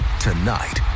Tonight